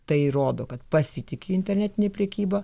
tai rodo kad pasitiki internetine prekyba